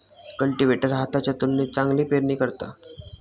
cultivator हाताच्या तुलनेत चांगली पेरणी करता